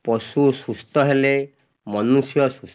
ପଶୁ ସୁସ୍ଥ ହେଲେ ମନୁଷ୍ୟ ସୁସ୍ଥ